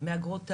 מהגרות העבודה,